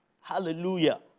Hallelujah